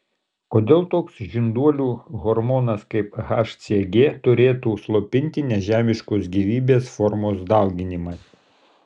kodėl toks žinduolių hormonas kaip hcg turėtų slopinti nežemiškos gyvybės formos dauginimąsi